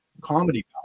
comedy